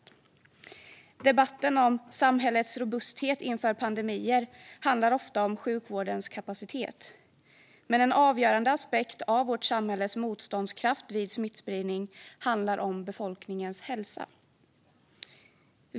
Debatten om samhällets robusthet inför pandemier handlar ofta om sjukvårdens kapacitet, men en avgörande aspekt av vårt samhälles motståndskraft vid smittspridning handlar om befolkningens hälsa.